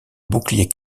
bouclier